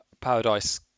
Paradise